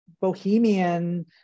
bohemian